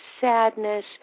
sadness